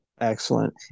Excellent